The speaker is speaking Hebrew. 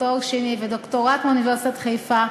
לתואר שני ולדוקטורט באוניברסיטת חיפה,